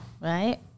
right